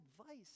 advice